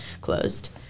closed